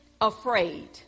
afraid